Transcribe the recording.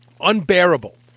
Unbearable